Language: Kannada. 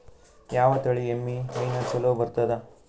ಯಾವ ತಳಿ ಎಮ್ಮಿ ಹೈನ ಚಲೋ ಬರ್ತದ?